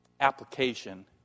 application